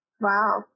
Wow